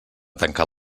tancar